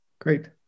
Great